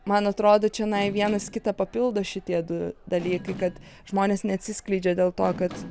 man atrodo čionai vienas kitą papildo šitie du dalykai kad žmonės neatsiskleidžia dėl to kad